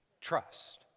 trust